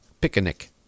picnic